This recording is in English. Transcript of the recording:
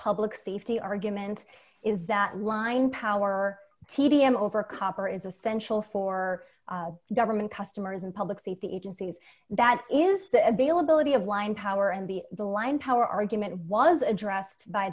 public safety argument is that line power t d m over copper is essential for government customers and public safety agencies that is the availability of wind power and be the line power argument was addressed by